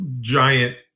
giant